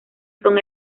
son